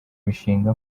mishinga